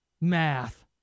math